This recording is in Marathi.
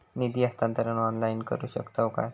निधी हस्तांतरण ऑनलाइन करू शकतव काय?